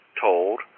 told